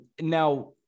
now